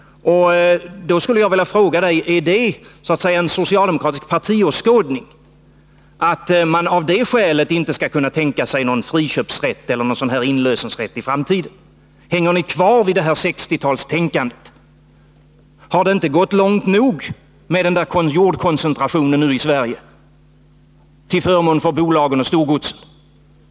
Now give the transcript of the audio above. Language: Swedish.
Då skulle jag vilja fråga: Är det en socialdemokratisk partiåskådning att man av det skälet inte kan tänka sig någon friköpsrätt eller inlösenrätt i framtiden? Hänger ni kvar vid 60-talstänkandet? Har det inte gått långt nog med jordkoncentrationen i Sverige, till förmån för bolagen och storgodsen?